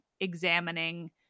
examining